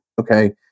Okay